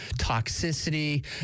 toxicity